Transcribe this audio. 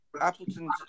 Appleton